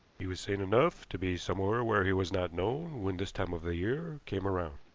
he was sane enough to be somewhere where he was not known when this time of the year came round.